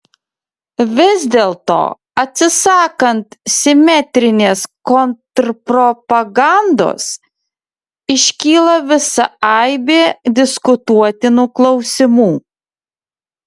vis dėlto atsisakant simetrinės kontrpropagandos iškyla visa aibė diskutuotinų klausimų